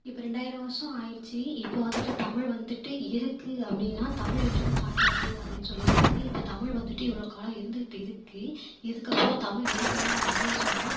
இப்போ ரெண்டாயிரம் வருடம் ஆகிடுச்சு இப்போ வந்துட்டு தமிழ் வந்துட்டு இருக்குது அப்படின்னா தமிழ் என்றும் சாகாது அப்படின்னு சொல்லிருக்காங்க இப்போ தமிழ் வந்துட்டு இவ்வளோ காலம் இருந்துக்கிட்டு இருக்குது இதுக்கப்புறம் தமிழ் இருக்குமா அப்படின்னு சொன்னால்